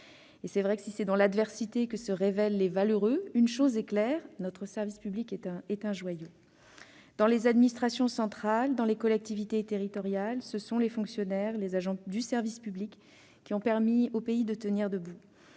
S'il est vrai que c'est dans l'adversité que se révèlent les valeureux, notre service public est un joyau. Dans les administrations centrales, dans les collectivités territoriales, ce sont les fonctionnaires, les agents du service public, qui ont permis au pays de tenir debout.